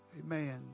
Amen